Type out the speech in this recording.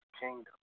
kingdom